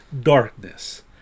darkness